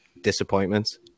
disappointments